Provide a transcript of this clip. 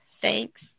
Thanks